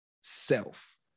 self